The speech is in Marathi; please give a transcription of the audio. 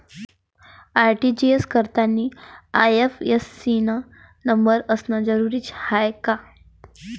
आर.टी.जी.एस करतांनी आय.एफ.एस.सी न नंबर असनं जरुरीच हाय का?